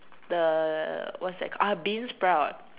the what's that called ah beansprout